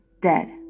dead